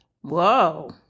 Whoa